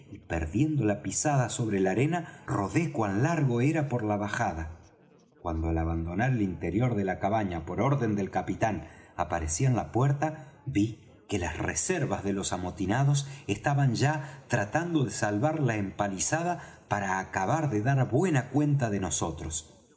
perdiendo la pisada sobre la arena rodé cuan largo era por la bajada cuando al abandonar el interior de la cabaña por orden del capitán aparecí en la puerta ví que las reservas de los amotinados estaban ya tratando de salvar la empalizada para acabar de dar buena cuenta de nosotros